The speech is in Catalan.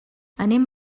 anem